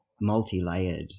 multi-layered